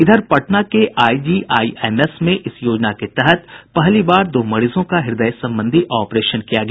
इधर पटना के आईजीआईएमएस में इस योजना के तहत पहली बार दो मरीजों का हृदय संबंधी ऑपरेशन किया गया